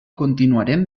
continuarem